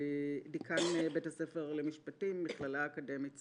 דיקאן בית הספר למשפטים במכללה האקדמית צפת.